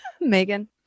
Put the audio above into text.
Megan